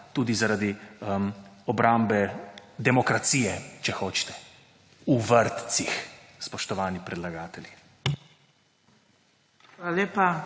tudi zaradi obrambe demokracije, če hočete, v vrtcih, spoštovani predlagatelji.